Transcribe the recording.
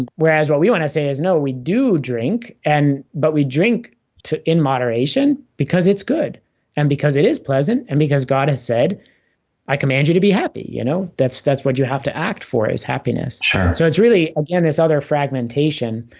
whereas what we want to say is no we do drink and but we drink to in moderation because it's good and because it is pleasant and because god has said i command you to be happy you know that's that's what you have to act for is happiness so it's really again this other fragmentation